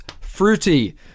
fruity